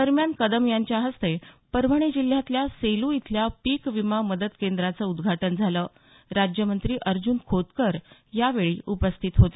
दरम्यान कदम यांच्या हस्ते परभणी जिल्ह्यातल्या सेलू इथल्या पीक विमा मदत केंद्राचं उद्घाटन झालं राज्यमंत्री अर्जून खोतकर यावेळी उपस्थित होते